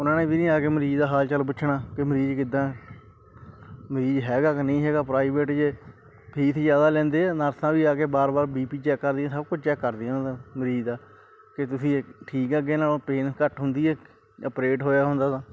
ਉਹਨਾਂ ਨੇ ਵੀ ਨਹੀਂ ਆ ਕੇ ਮਰੀਜ਼ ਦਾ ਹਾਲ ਚਾਲ ਪੁੱਛਣਾ ਕਿ ਮਰੀਜ਼ ਕਿੱਦਾਂ ਮਰੀਜ਼ ਹੈਗਾ ਕਿ ਨਹੀਂ ਹੈਗਾ ਪ੍ਰਾਈਵੇਟ ਜੇ ਫੀਸ ਜ਼ਿਆਦਾ ਲੈਂਦੇ ਆ ਨਰਸਾਂ ਵੀ ਆ ਕੇ ਬਾਰ ਬਾਰ ਬੀਪੀ ਚੈੱਕ ਕਰਦੀਆਂ ਸਭ ਕੁਝ ਚੈੱਕ ਕਰਦੀਆਂ ਉਹਨਾਂ ਦਾ ਮਰੀਜ਼ ਦਾ ਕਿ ਤੁਸੀਂ ਏ ਠੀਕ ਆ ਅੱਗੇ ਨਾਲੋਂ ਪੇਨ ਘੱਟ ਹੁੰਦੀ ਹੈ ਅਪਰੇਟ ਹੋਇਆ ਹੁੰਦਾ ਉਹਦਾ